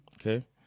Okay